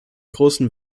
großen